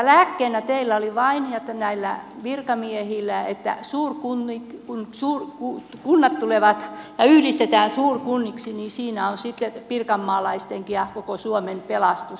lääkkeenä teillä ja näillä virkamiehillä oli vain että kun kunnat yhdistetään suurkunniksi niin siinä on sitten pirkanmaalaistenkin ja koko suomen pelastus